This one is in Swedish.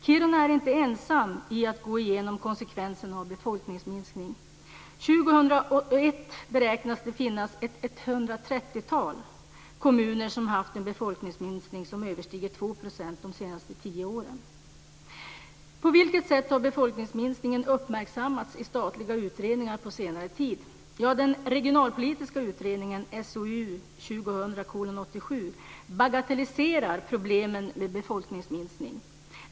Kiruna är inte ensamt om att gå igenom konsekvenserna av en befolkningsminskning. 2001 beräknar man att det finns ett 130-tal kommuner som haft en befolkningsminskning som överstiger 2 % de senaste tio åren. På vilket sätt har befolkningsminskningen uppmärksammats i statliga utredningar på senare tid? Den regionalpolitiska utredningen, SOU 2000:87, bagatelliserar problemen med befolkningsminskning.